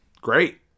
great